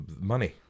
money